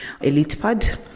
ElitePad